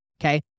okay